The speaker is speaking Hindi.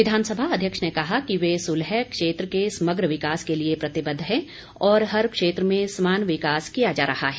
विधानसभा अध्यक्ष ने कहा कि वह सुलह क्षेत्र के समग्र विकास के लिए प्रतिबद्ध है और हर क्षेत्र में समान विकास किया जा रहा है